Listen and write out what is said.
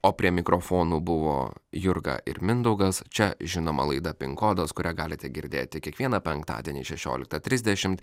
o prie mikrofonų buvo jurga ir mindaugas čia žinoma laida pin kodas kurią galite girdėti kiekvieną penktadienį šešioliktą trisdešimt